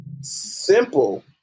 simple